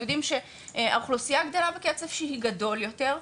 יודעים שהאוכלוסייה גדולה בקצב שהוא שהיא גדול יותר.